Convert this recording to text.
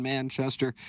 Manchester